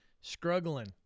Struggling